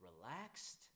relaxed